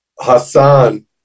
Hassan